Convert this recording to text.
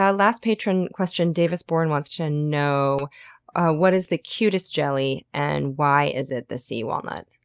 ah last patron question. davis borne wants to know what is the cutest jelly and why is it the sea walnut?